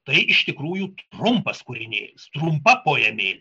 tai iš tikrųjų trumpas kūrinėlis trumpa poemėlė